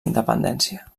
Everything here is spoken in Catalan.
independència